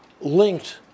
linked